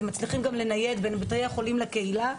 ומצליחים גם לנייד בין בתי החולים לקהילה,